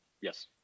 Yes